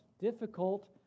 difficult